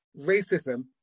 racism